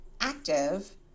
active